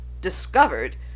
discovered